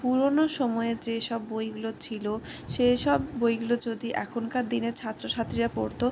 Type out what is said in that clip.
পুরনো সময়ে যেসব বইগুলো ছিল সেসব বইগুলো যদি এখনকার দিনে ছাত্র ছাত্রীরা পড়ত